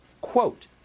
Quote